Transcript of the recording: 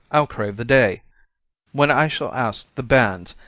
i'll crave the day when i shall ask the banns,